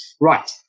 Right